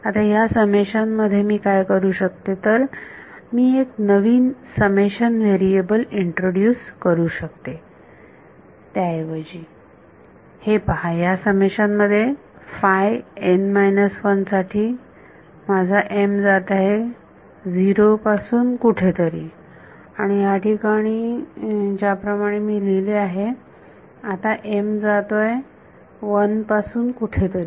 आता ह्या समेशन मध्ये मी काय करू शकते तर मी एक नवीन समेशन व्हेरिएबल इंट्रोड्यूस करू शकते त्या ऐवजी हे पहा ह्या समेशन मध्ये साठी माझा m जात आहे 0 पासून कुठेतरी आणि याठिकाणी ज्याप्रमाणे मी लिहिले आहे आता m जात आहे 1 पासून कुठेतरी